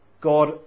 God